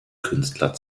künstler